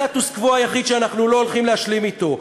אז אני אומר לכם: זה הסטטוס-קוו היחיד שאנחנו לא הולכים להשלים אתו,